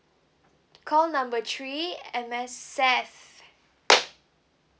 call number three M_S_F